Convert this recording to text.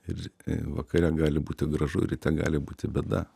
ir vakare gali būti gražu ryte gali būti bėda